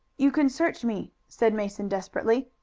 you can search me, said mason desperately.